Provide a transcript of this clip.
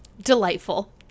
delightful